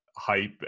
hype